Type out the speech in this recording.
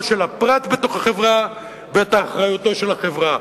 של הפרט בתוך החברה ואת אחריותה של החברה.